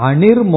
Anir